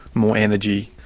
more energy,